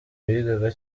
bigaga